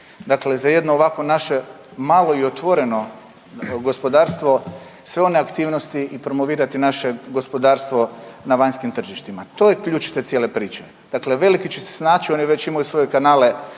dakle za jedno ovakvo naše malo i otvoreno gospodarstvo sve one aktivnosti i promovirati naše gospodarstvo na vanjskim tržištima, to je ključ te cijele priče. Dakle, veliki će se snaći oni već imaju svoje kanale